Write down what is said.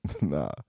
Nah